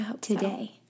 today